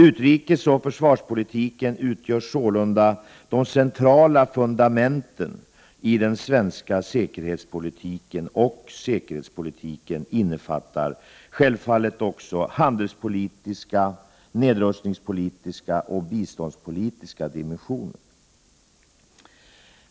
Utrikesoch försvarspolitiken utgör sålunda de centrala fundamenten i den svenska säkerhetspolitken — och säkerhetspolitiken innefattar självfallet också handelspolitiska, nedrustningspolitiska och biståndspolitiska dimensioner.